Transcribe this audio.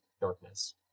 darkness